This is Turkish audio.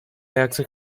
ayakta